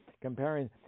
comparing